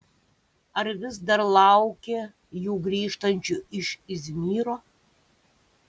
ar vis dar laukė jų grįžtančių iš izmyro